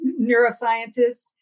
neuroscientists